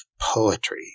poetry